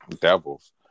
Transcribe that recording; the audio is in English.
devils